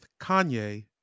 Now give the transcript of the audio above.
Kanye